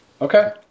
Okay